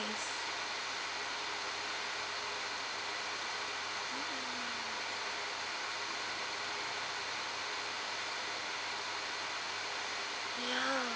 nice ya